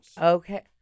okay